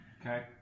Okay